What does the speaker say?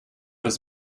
his